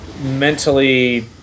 mentally